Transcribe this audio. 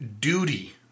Duty